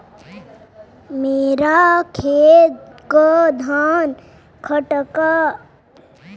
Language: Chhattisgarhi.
मोर खेत के धान छटक गे रहीस, भारी हवा चलिस, धान सूत गे हे, त धान पाकही के नहीं?